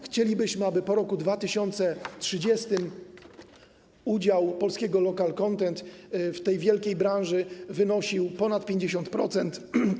Chcielibyśmy, aby po roku 2030 udział polskiego local content w tej wielkiej branży wynosił ponad 50%.